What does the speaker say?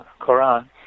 Quran